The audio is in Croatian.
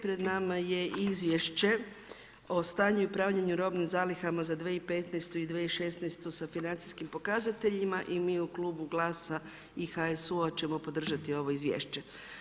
Pred nama je izvješće o stanju i upravljanju robnim zalihama za 2015. i 2016. sa financijskim pokazateljima i mi u Klubu GLAS-a i HSU-u ćemo podržati ovo Izvješće.